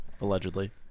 allegedly